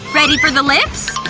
ready for the lips?